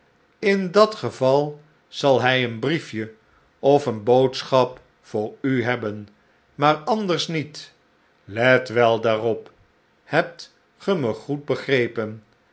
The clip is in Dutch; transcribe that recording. in dat geval zal hij een briefje of eene boodschap voor u hebben maar anders niet let wel daarop hebt ge mij goed begrepen